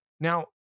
Now